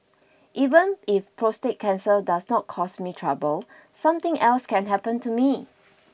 even if prostate cancer does not cause me trouble something else can happen to me